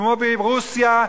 כמו ברוסיה,